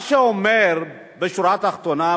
מה שאומר בשורה התחתונה,